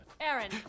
Aaron